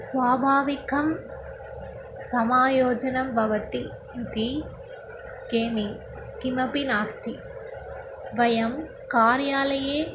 स्वाभाविकं समायोजनं भवति इति के किमपि नास्ति वयं कार्यालये